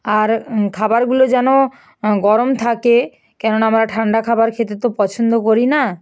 আর খাবারগুলো যেন গরম থাকে কেননা আমরা ঠাণ্ডা খাবার খেতে তো পছন্দ করি না